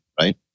right